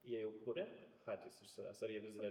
jie jau kuria patys iš savęs ar jie vis dar